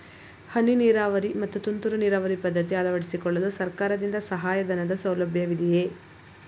ಹನಿ ನೀರಾವರಿ ಮತ್ತು ತುಂತುರು ನೀರಾವರಿ ಪದ್ಧತಿ ಅಳವಡಿಸಿಕೊಳ್ಳಲು ಸರ್ಕಾರದಿಂದ ಸಹಾಯಧನದ ಸೌಲಭ್ಯವಿದೆಯೇ?